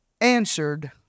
answered